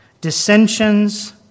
dissensions